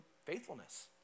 Faithfulness